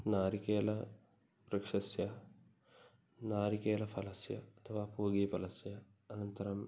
नारिकेलवृक्षस्य नारिकेलफलस्य अथवा पूगीफलस्य अनन्तरम्